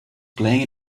playing